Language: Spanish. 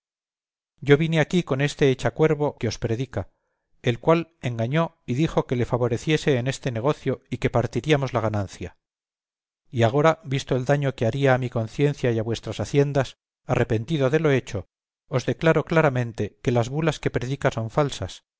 yo vine aquí con este echacuervo que os predica el cual engañó y dijo que le favoreciese en este negocio y que partiríamos la ganancia y agora visto el daño que haría a mi conciencia y a vuestras haciendas arrepentido de lo hecho os declaro claramente que las bulas que predica son falsas